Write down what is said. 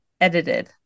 edited